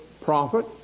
prophet